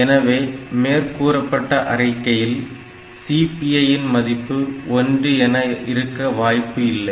எனவே மேற்கூறப்பட்ட அறிக்கையில் CPI இன் மதிப்பு 1 என இருக்க வாய்ப்பு இல்லை